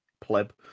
pleb